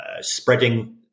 spreading